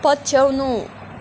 पछ्याउनु